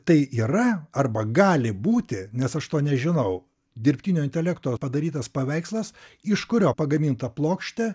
tai yra arba gali būti nes aš to nežinau dirbtinio intelekto padarytas paveikslas iš kurio pagaminta plokštė